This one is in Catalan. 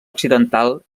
occidental